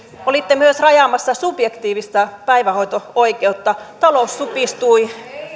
olitte myös rajaamassa subjektiivista päivähoito oikeutta talous supistui